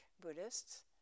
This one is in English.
Buddhists